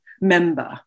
member